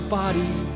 body